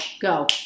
go